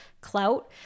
clout